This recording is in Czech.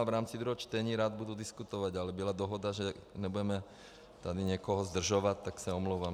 V rámci druhého čtení rád budu diskutovat, ale byla dohoda, že tady nebudeme někoho zdržovat, tak se omlouvám.